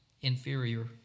inferior